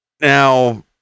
Now